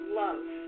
love